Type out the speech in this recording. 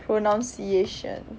pronunciation